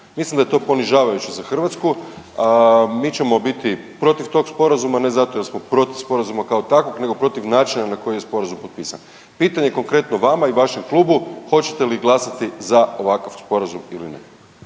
Mislim da je to ponižavajuće za Hrvatsku, a mi ćemo biti protiv tog sporazuma ne zato jer smo protiv sporazuma kao takvog, nego protiv načina na koji je sporazum potpisan. Pitanje konkretno vama i vašem klubu, hoćete li glasati za ovakav sporazum ili ne?